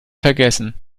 vergessen